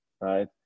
right